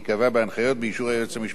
באישור היועץ המשפטי לממשלה.